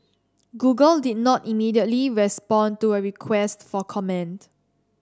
google did not immediately respond to a request for comment